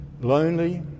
lonely